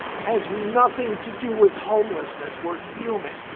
has nothing to do with homelessness. we're human.